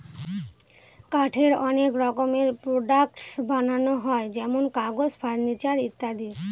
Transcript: কাঠের অনেক রকমের প্রডাক্টস বানানো হয় যেমন কাগজ, ফার্নিচার ইত্যাদি